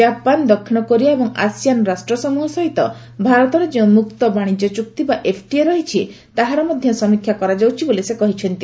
କାପାନ ଦକ୍ଷିଣ କୋରିଆ ଏବଂ ଆସିଆନ୍ ରାଷ୍ଟ୍ରସମ୍ବହ ସହିତ ଭାରତର ଯେଉଁ ମୁକ୍ତ ବାଶିଜ୍ୟ ଚୂକ୍ତି ବା ଏଫ୍ଟିଏ ରହିଛି ତାହାର ମଧ୍ୟ ସମୀକ୍ଷା କରାଯାଉଛି ବୋଲି ସେ କହିଛନ୍ତି